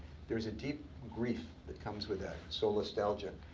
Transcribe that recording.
there is a deep grief that comes with that solastalgia.